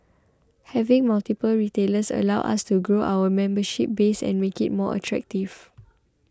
having multiple retailers allows us to grow our membership base and make it more attractive